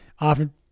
often